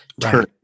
turn